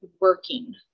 working